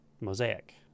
mosaic